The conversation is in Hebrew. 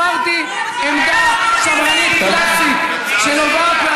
לא רוצים להיות פתוחים לאנשים חשוכים כמוך.